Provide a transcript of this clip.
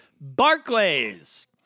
barclays